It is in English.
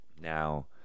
Now